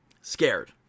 scared